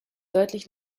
deutlich